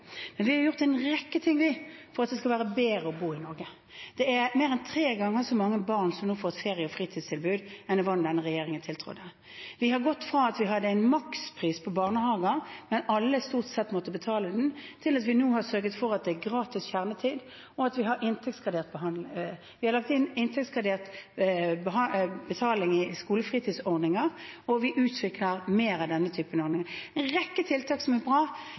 Vi har gjort en rekke ting for at det skal være bedre å bo i Norge. Det er mer enn tre ganger så mange barn som nå får et ferie- og fritidstilbud enn det var da denne regjeringen tiltrådte. Vi har gått fra at vi hadde en makspris på barnehager, der alle stort sett måtte betale den, til at vi nå har sørget for at det nå er gratis kjernetid. Vi har lagt inn inntektsgradert betaling i skolefritidsordningen, og vi utvikler mer av denne typen ordninger. Det er en rekke tiltak som er bra.